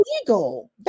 illegal